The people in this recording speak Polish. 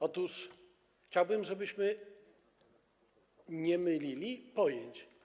Otóż chciałbym, żebyśmy nie mylili pojęć.